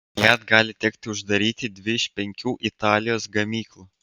fiat gali tekti uždaryti dvi iš penkių italijos gamyklų